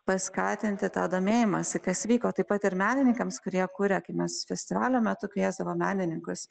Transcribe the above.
paskatinti tą domėjimąsi kas vyko taip pat ir menininkams kurie kuria kai mes festivalio metu kviesdavom menininkus